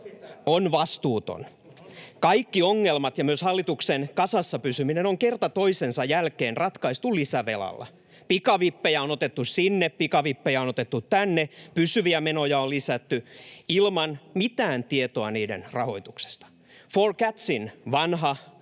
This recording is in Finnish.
Onko sitä?] Kaikki ongelmat ja myös hallituksen kasassa pysyminen on kerta toisensa jälkeen ratkaistu lisävelalla. Pikavippejä on otettu sinne, pikavippejä on otettu tänne. Pysyviä menoja on lisätty ilman mitään tietoa niiden rahoituksesta. Four Catsin vanha